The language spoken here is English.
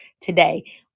today